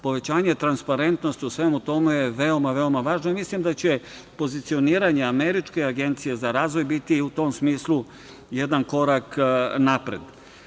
Povećanje transparentnosti u svemu tome je veoma, veoma važna i mislim da će pozicioniranje Američke agencije za razvoj biti u tom smislu jedan korak napred.